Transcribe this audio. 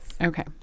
Okay